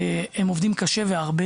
והם עובדים קשה, והרבה